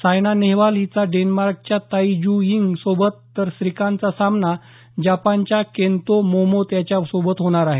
सायना नेहवाल हिचा डेन्मार्कच्या Tai Tzu Ying सोबत तर श्रीकांतचा सामना जपानच्या केन्तो मोमोत याच्यासोबत होणार आहे